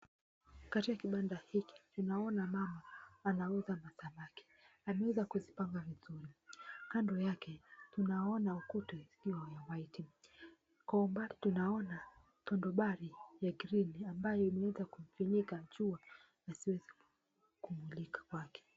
Katika kibanda hiki tunaona mama anauza masamaki ameweza kuzipanga vizuri kando yake tunaona ukuta zikiwa (cs)white(cs) kwa umbali tunaona tondobari ya (cs) green(cs) ambayo imeweza kufunika jua lisiweze kumilikwa kwake.